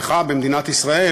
בבקשה,